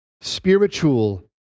spiritual